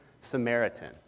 Samaritan